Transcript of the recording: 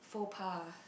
faux pas